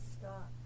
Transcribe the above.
stop